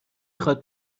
خواد